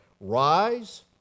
rise